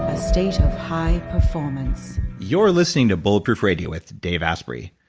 ah state of high performance you're listening to bulletproof radio with dave asprey.